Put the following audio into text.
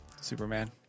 Superman